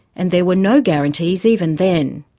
and there were no guarantees even then.